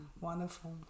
wonderful